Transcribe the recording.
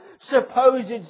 supposed